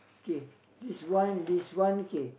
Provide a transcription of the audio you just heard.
K this one this one K